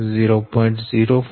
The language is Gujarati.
da2b3 da3b1